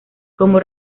como